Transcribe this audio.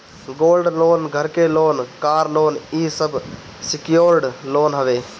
gold loan, घर के loan, car loan इ सब सिक्योर्ड लोन हवे